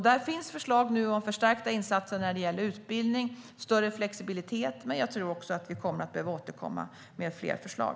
Där finns nu förslag om förstärkta insatser när det gäller utbildning och större flexibilitet. Men jag tror också att vi kommer att behöva återkomma med fler förslag.